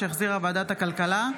שהחזירה ועדת הכלכלה,